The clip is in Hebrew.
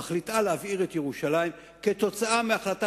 מחליטה להבעיר את ירושלים כתוצאה מהחלטה